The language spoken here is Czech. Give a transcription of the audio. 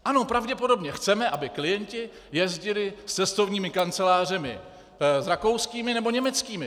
Ano, pravděpodobně chceme, aby klienti jezdili s cestovními kancelářemi rakouskými nebo německými.